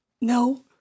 No